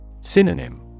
Synonym